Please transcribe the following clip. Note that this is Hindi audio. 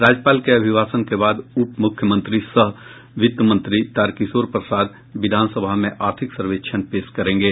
राज्यपाल के अभिभाषण के बाद उपमुख्यमंत्री सह वित्त मंत्री तारकिशोर प्रसाद विधानसभा में आर्थिक सर्वेक्षण पेश करेंगे